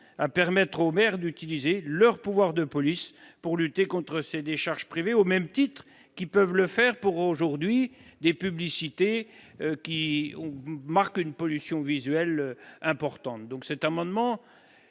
à permettre aux maire d'utiliser leur pouvoir de police pour lutter contre ces décharges privées au même titre qu'ils peuvent le faire pour aujourd'hui des publicités qui ont marqué une pollution visuelle importante donc, cet amendement